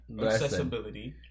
accessibility